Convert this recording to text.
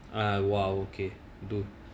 ah !wow! okay cool